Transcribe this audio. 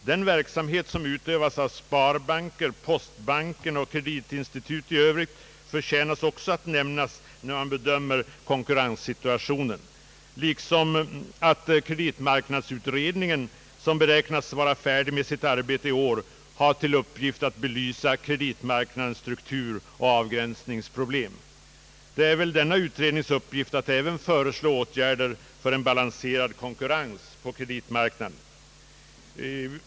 Den verksamhet som utövas av sparbankerna, postbanken och kreditinstitut i övrigt förtjänar också att nämnas då man bedömer konkurrenssituationen, liksom att kreditmarknadsutredningen — som beräknas vara färdig med sitt arbete i år — har till uppgift att belysa kreditmarknadens struktur och avgränsningsproblem. Det är väl denna utrednings uppgift att även föreslå åtgärder för en balanserad konkurrens på kreditmarknaden.